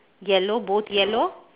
yellow both yellow